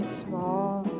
small